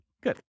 Good